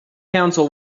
counsel